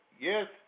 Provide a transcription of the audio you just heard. Yes